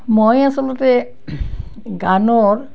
মই আচলতে গানৰ